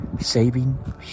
saving